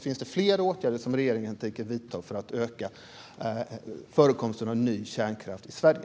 Finns det fler åtgärder som regeringen tänker vidta för att öka förekomsten av ny kärnkraft i Sverige?